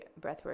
breathwork